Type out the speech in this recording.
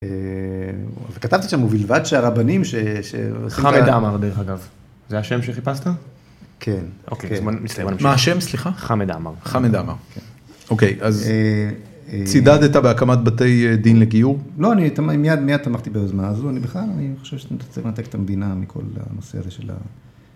וכתבתי שם, ובלבד שהרבנים ש.. חמד עאמר דרך אגב, זה השם שחיפשת? כן. מה השם? סליחה? חמד עאמר. אוקיי, אז צידדת בהקמת בתי דין לגיור? לא, אני מיד תמכתי ביוזמה הזו, אני בכלל חושב שאתה צריך לנתק את המדינה מכל הנושא הזה של..